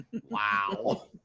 Wow